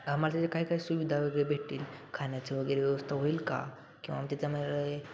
आम्हाला त्याच्या काही काही सुविधा वगैरे भेटतील खाण्याचं वगैरे व्यवस्था होईल का किंवा त्याच्यामुळे